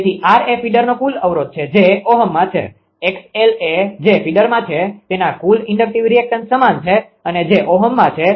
તેથી r એ ફીડરનો કુલ અવરોધ છે જે Ωમાં છે 𝑥𝑙 એ જે ફીડરમાં છે તેના કુલ ઇન્ડકટીવ રીએકટન્સ સમાન છે અને જે Ωમાં છે